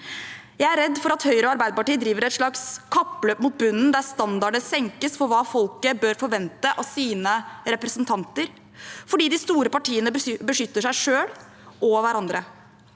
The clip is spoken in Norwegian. Jeg er redd for at Høyre og Arbeiderpartiet driver et slags kappløp mot bunnen, der standardene senkes for hva folket bør forvente av sine representanter, fordi de store partiene beskytter seg selv og hverandre.